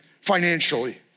financially